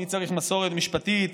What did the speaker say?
מי צריך מסורת משפטית?